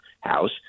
house